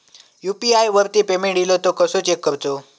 UPI वरती payment इलो तो कसो चेक करुचो?